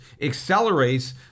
accelerates